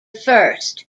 first